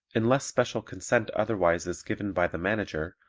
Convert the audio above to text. unless special consent otherwise is given by the manager,